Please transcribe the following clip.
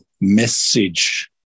message